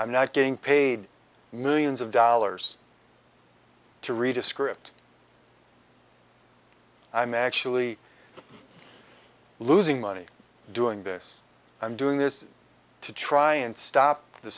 i'm not getting paid millions of dollars to read a script i'm actually losing money doing this i'm doing this to try and stop the